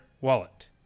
wallet